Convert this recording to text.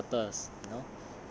they are my marketers